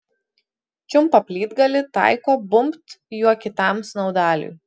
čiumpa plytgalį taiko bumbt juo kitam snaudaliui